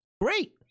great